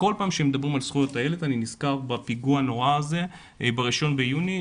וכל פעם כשמדברים על זכויות הילד אני נזכר בפיגוע הנורא הזה ב-1 ביוני.